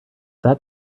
that